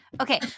Okay